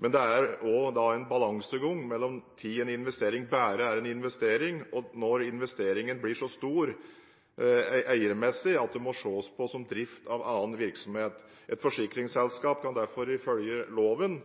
men det er en balansegang mellom når en investering bare er en investering og når investeringen blir så stor eiermessig at det må ses på som drift av annen virksomhet. Et forsikringsselskap kan derfor ifølge loven